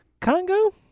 Congo